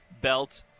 Belt